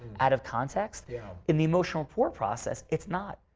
out of context. yeah. in the emotional poor process, it's not.